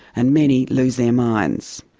and many lose their minds,